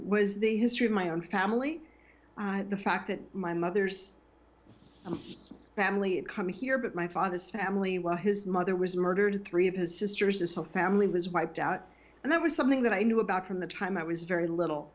was the history of my own family the fact that my mother's family had come here but my father's family while his mother was murdered three of his sisters his whole family was wiped out and that was something that i knew about from the time i was very little